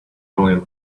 only